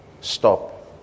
stop